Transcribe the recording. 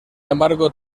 embargo